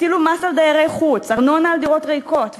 הטילו מס על דיירי חוץ, ארנונה על דירות ריקות.